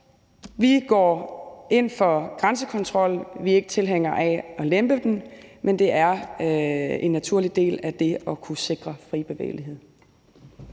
vi går ind for grænsekontrol. Vi er ikke tilhængere af at lempe den, men det er en naturlig del af det at kunne sikre fri bevægelighed